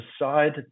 decide